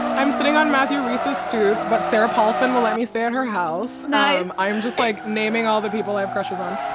i'm sitting on matthew reeses stoop about sarah paulson. well, let me stay in her house now. am i'm just like naming all the people i have crushes on.